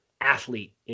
athlete